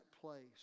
place